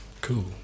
cool